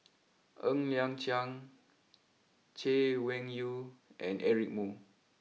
Ng Liang Chiang Chay Weng Yew and Eric Moo